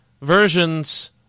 versions